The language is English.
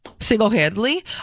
single-handedly